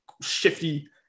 shifty